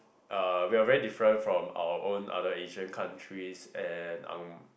uh we are very different from our own other Asians countries and ang~